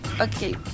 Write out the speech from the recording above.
Okay